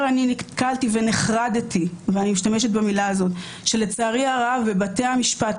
נתקלתי ונחרדתי מכך שבבתי המשפט,